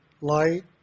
light